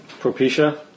Propecia